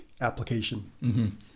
application